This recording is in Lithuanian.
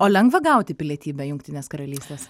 o lengva gauti pilietybę jungtinės karalystės